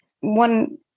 one